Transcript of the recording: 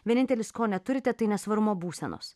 vienintelis ko neturite tai nesvarumo būsenos